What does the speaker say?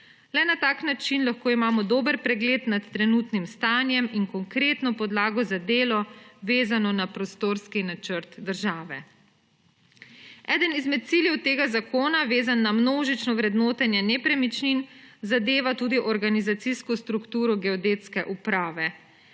Le na tak način imamo lahko dober pregled nad trenutnim stanjem in konkretno podlago za delo, vezano na prostorski načrt države. Eden izmed ciljev tega zakona, vezan na množično vrednotenje nepremičnin, zadeva tudi organizacijsko strukturo Geodetske uprave.